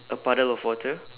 a puddle of water